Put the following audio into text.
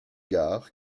gare